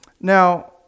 Now